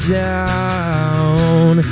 down